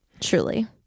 Truly